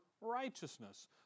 righteousness